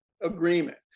agreement